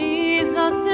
Jesus